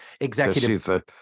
Executive